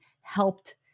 helped